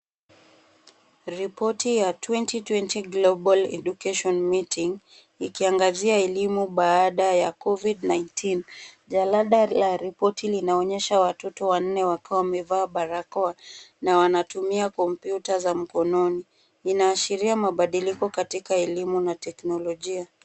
Ripoti ya 2020 global education meeting, ikiangazia elimu baada ya covid 19. Jalada la ripoti linaonyesha watoto wanne wakiwa wamevaa barakoa, na wanatumia kompyuta za mkononi. Inaashiria mabadiliko katika elimu na teknolojia.